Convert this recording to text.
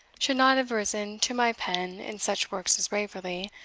should not have risen to my pen in such works as waverley,